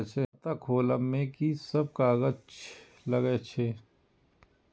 खाता खोलब में की सब कागज लगे छै?